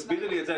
תסבירי לי את זה.